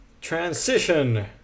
transition